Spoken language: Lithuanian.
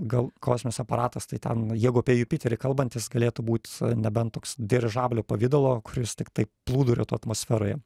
gal kosminis aparatas tai ten jeigu apie jupiterį kalbant jis galėtų būt nebent toks dirižablio pavidalo kuris tiktai plūduriuotų atmosferoje